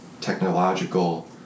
technological